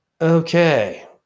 Okay